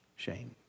shame